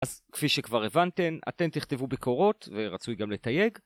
אז כפי שכבר הבנתם אתם תכתבו ביקורות ורצוי גם לתייג